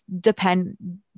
depend